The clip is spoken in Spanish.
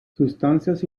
sustancias